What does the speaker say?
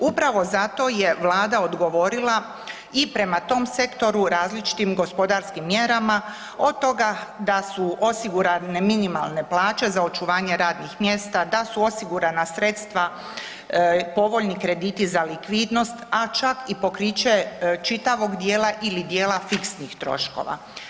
Upravo zato je Vlada odgovorila i prema tom sektoru različitim gospodarskim mjerama, od tog da su osigurane minimalne plaće za očuvanje radnih mjesta, da su osigurana sredstva, povoljni krediti za likvidnost a čak i pokriće čitavog djela ili djela fiksnih troškova.